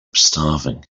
starving